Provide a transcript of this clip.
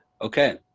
okay